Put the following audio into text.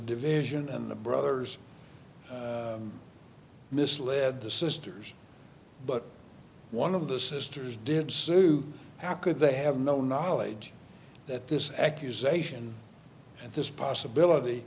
division and the brothers misled the sisters but one of the sisters did sue how could they have no knowledge that this accusation and this possibility